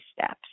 steps